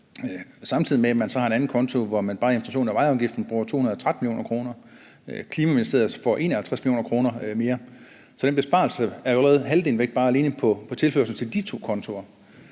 Samtidig med det har man så en anden konto, hvor man bare i administration af vejafgiften bruger 213 mio. kr. Klimaministeriet får 51 mio. kr. mere. Så af den besparelse er allerede halvdelen væk alene på tilførslen til de to kontoer.